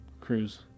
cruise